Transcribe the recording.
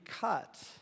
cut